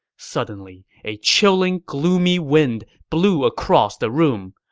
suddenly, a chilling, gloomy wind blew across the room.